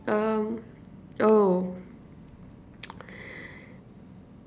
um oh